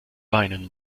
weinen